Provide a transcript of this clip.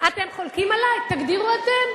אתם חולקים עלי, תגדירו אתם.